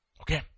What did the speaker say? Okay